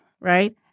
right